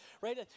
right